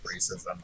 racism